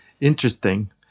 interesting